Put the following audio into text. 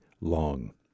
long